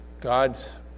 God's